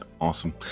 awesome